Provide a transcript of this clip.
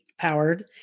powered